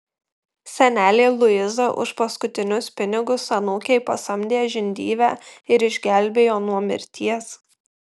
senelė luiza už paskutinius pinigus anūkei pasamdė žindyvę ir išgelbėjo nuo mirties